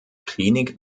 klinik